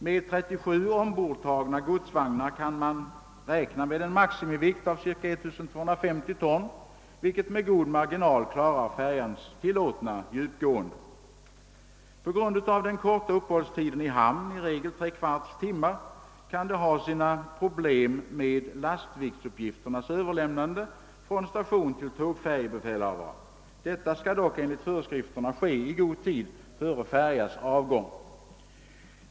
Med 37 ombordtagna godsvagnar kan man räkna med en maximivikt av cirka 1 250 ton, vilket med bred marginal klarar färjans tillåtna djupgående. På grund av den korta uppehållstiden i hamn — i regel tre kvarts timme — kan det ha sina problem med lastviktsuppgifternas överlämnande från station till tågfärjebefälhavare. Detta skall dock enligt föreskrifterna ske i god tid före färjas avgång.